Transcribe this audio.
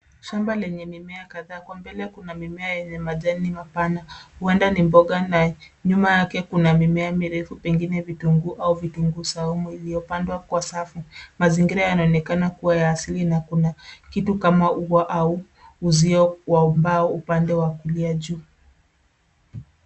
Shamba yenye mimea kadhaa. Kwa mbele kuna mimea yenye majani mapana huenda ni mboga na nyuma yake kuna mimea mirefu pengine vitunguu au vitunguu saumu iliyopandwa kwa safu. Mazingira yanaonekana kuwa ya asili na kuna kitu kama ua au uzio wa mbao upande wa kulia juu.